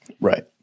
right